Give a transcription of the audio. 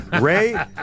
Ray